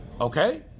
okay